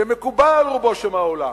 שמקובל על רובו של העולם,